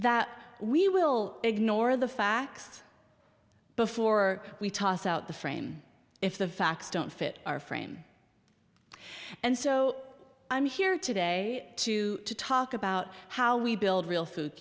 that we will ignore the facts before we toss out the frame if the facts don't fit our frame and so i'm here today to talk about how we build real food